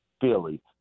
Philly